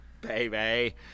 Baby